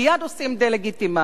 ומייד עושים דה-לגיטימציה.